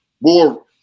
more